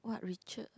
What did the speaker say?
what Richard